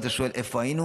ואז אתה שואל: איפה היינו?